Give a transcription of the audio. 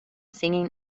singing